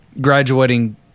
graduating